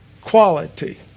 quality